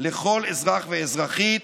לכל אזרח ואזרחית